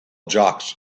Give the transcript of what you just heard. jocks